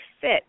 fit